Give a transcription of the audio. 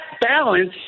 balance